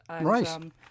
Right